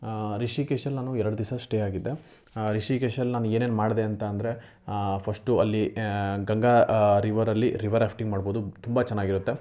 ರಿಷಿಕೇಶಲ್ಲಿ ನಾನು ಎರಡು ದಿವ್ಸ ಸ್ಟೇ ಆಗಿದ್ದೆ ರಿಷಿಕೇಶಲ್ಲಿ ನಾನು ಏನೇನು ಮಾಡಿದೆ ಅಂತ ಅಂದರೆ ಫಷ್ಟು ಅಲ್ಲಿ ಗಂಗಾ ರಿವರಲ್ಲಿ ರಿವರ್ ರಾಫ್ಟಿಂಗ್ ಮಾಡ್ಬೋದು ತುಂಬ ಚೆನ್ನಾಗಿರುತ್ತೆ